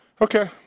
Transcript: okay